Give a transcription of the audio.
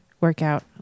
workout